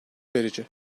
verici